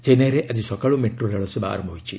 ଚେନ୍ନାଇରେ ଆଜି ସକାଳୁ ମେଟ୍ରୋ ରେଳସେବା ଆରମ୍ଭ ହୋଇଛି